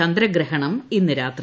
ചന്ദ്രഗ്രഹണം ഇന്ന് രാത്രി